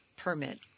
permit